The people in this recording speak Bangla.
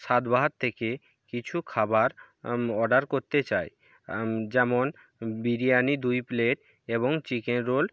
স্বাদবাহার থেকে কিছু খাবার অর্ডার করতে চাই যেমন বিরিয়ানি দুই প্লেট এবং চিকেন রোল